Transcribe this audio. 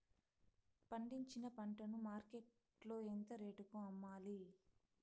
పండించిన పంట ను మార్కెట్ లో ఎంత రేటుకి అమ్మాలి?